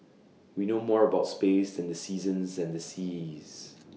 we know more about space than the seasons and the seas